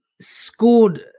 scored